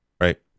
right